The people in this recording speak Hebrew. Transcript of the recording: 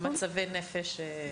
במצבי נפש.